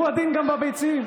הוא הדין גם בביצים.